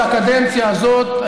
הקדנציה הזאת,